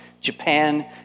Japan